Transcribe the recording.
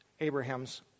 Abraham's